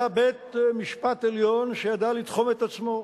היה בית-משפט עליון שידע לתחום את עצמו,